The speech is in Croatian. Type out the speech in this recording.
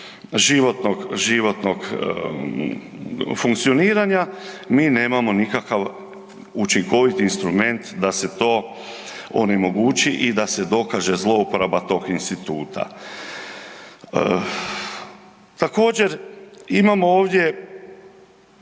životnog funkcioniranja mi nemamo nikakav učinkoviti instrument da se to onemogući i da se dokaže zlouporaba tog instituta. Također imamo ovdje